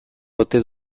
ote